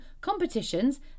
competitions